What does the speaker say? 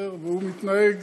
והוא מתנהג